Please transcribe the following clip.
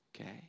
okay